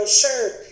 shirt